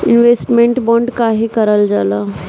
Investment bond काहे कारल जाला?